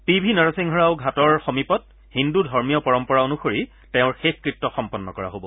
P V Narasimha Rao ঘাটৰ সমীপত হিন্দু ধৰ্মীয় পৰম্পৰা অনুসৰি তেওঁৰ শেষকত্য সম্পন্ন কৰা হব